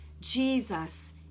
Jesus